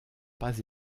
pas